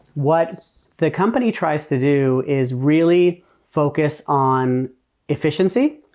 what the company tries to do is really focus on efficiency.